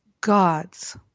gods